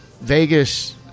Vegas